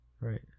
Right